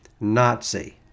Nazi